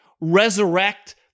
resurrect